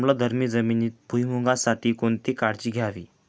आम्लधर्मी जमिनीत भुईमूगासाठी कोणती काळजी घ्यावी?